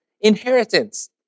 inheritance